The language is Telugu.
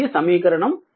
ఇది సమీకరణం 6